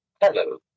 Hello